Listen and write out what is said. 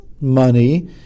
money